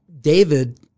David